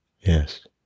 Yes